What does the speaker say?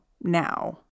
now